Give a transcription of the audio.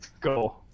go